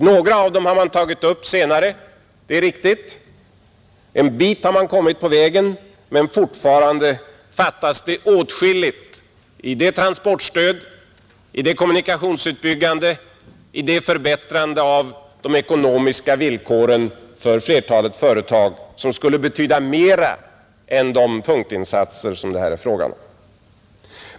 Några av dem har regeringen emellertid tagit upp senare, det är riktigt, och en bit har man kommit på vägen, men fortfarande fattas det åtskilligt i det transportstöd, i den utbyggnad av kommunikationerna, i det förbättrande av de ekonomiska villkoren för flertalet företag som skulle betyda mer än de punktinsatser som det här är fråga om.